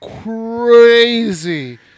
crazy